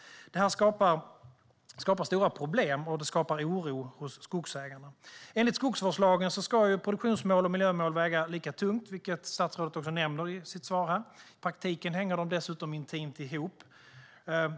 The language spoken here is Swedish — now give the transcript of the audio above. Detta skapar stora problem och oro hos skogsägarna. Enligt skogsvårdslagen ska produktionsmål och miljömål väga lika tungt, vilket statsrådet också nämnde i sitt svar. I praktiken hänger de intimt ihop.